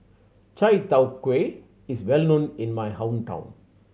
chai tow kway is well known in my hometown